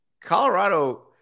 Colorado –